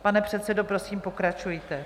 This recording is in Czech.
Pane předsedo, prosím pokračujte.